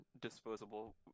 disposable